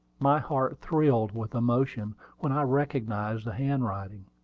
my heart thrilled with emotion when i recognized the handwriting.